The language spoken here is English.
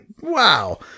Wow